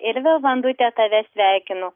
ir vėl vandute tave sveikinu